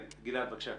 גלעד, בבקשה.